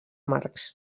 marx